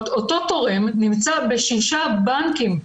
זאת אומרת אותו תורם נמצא בשישה בנקים,